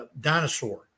dinosaur